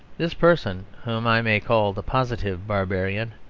this person, whom i may call the positive barbarian,